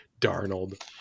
Darnold